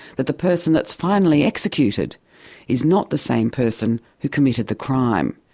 that the person that's finally executed is not the same person who committed the crime.